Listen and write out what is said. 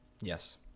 Yes